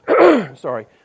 Sorry